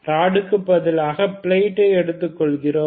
rod க்கு பதிலாக நாம் பிளேட்டை எடுத்துக் கொள்கிறோம்